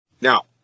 Now